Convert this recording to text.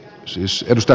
sen syystä